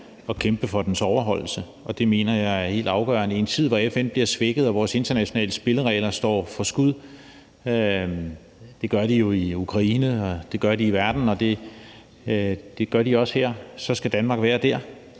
at kæmpe for dens overholdelse, og det mener jeg er helt afgørende i en tid, hvor FN bliver svækket, og hvor vores internationale spilleregler står for skud; det gør de jo i Ukraine, og det gør de i verden, og det gør de også her. Og så skal Danmark være dér,